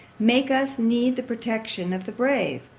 make us need the protection of the brave,